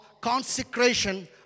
consecration